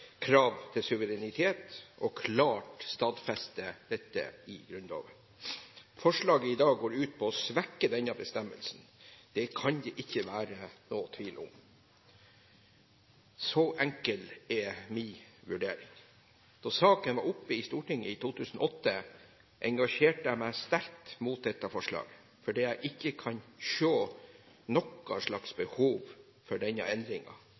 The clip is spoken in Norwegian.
krav til suverenitet og klart stadfeste dette i Grunnloven. Forslaget i dag går ut på å svekke denne bestemmelsen – det kan det ikke være noen tvil om. Så enkel er min vurdering. Da saken var oppe i Stortinget i 2008, engasjerte jeg meg sterkt mot dette forslaget, fordi jeg ikke kan se noe behov for denne